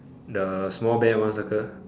the small bear one circle